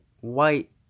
white